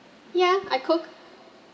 ya I cook